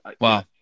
wow